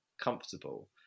comfortable